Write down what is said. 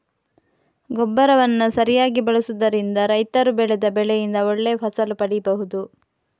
ಗೊಬ್ಬರವನ್ನ ಸರಿಯಾಗಿ ಬಳಸುದರಿಂದ ರೈತರು ಬೆಳೆದ ಬೆಳೆಯಿಂದ ಒಳ್ಳೆ ಫಸಲು ಪಡೀಬಹುದು